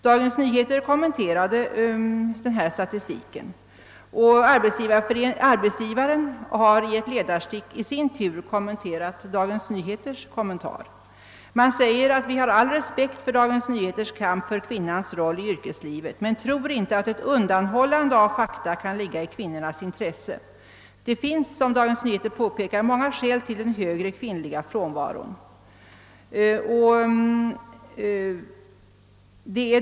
Dagens Nyheter kommenterade denna statistik, och Arbetsgivaren har i ett ledarstick i sin tur kommenterat Dagens Nyheters kommentar sålunda: »Vi har all respekt för DN:s kamp för kvinnans roll i yrkeslivet, men tror inte att ett undanhållande av fakta kan ligga i kvinnornas intresse. Det finns som DN påpekar många skäl till den högre kvinnliga frånvaron.